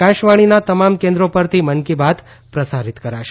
આકાશવાણીના તમામ કેન્રોયો પરથી મન કી બાત પ્રસારિત કરશે